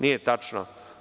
Nije tačno.